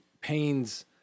pain's